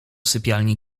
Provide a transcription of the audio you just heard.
sypialni